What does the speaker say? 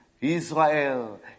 Israel